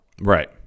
Right